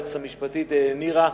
ליועצת המשפטית נירה,